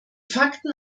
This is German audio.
fakten